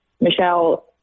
Michelle